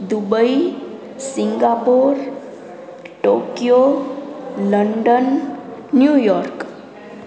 Dubai Singapore Tokyo London New York